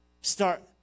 Start